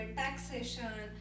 taxation